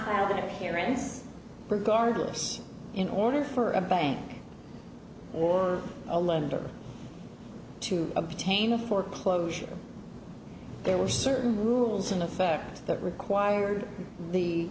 filed an appearance regardless in order for a bank or a lender to obtain a foreclosure there were certain rules in effect that required the